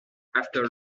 after